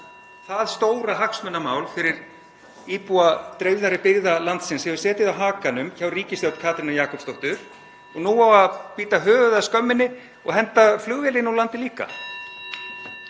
það stóra hagsmunamál fyrir íbúa dreifðari byggða landsins hefur setið á hakanum (Forseti hringir.) hjá ríkisstjórn Katrínar Jakobssdóttur og nú á að bíta höfuðið af skömminni og henda flugvélinni úr landi líka.